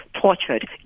tortured